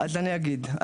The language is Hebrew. אני אגיד.